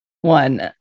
one